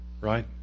right